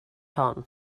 hon